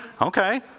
Okay